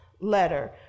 letter